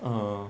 um